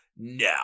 Now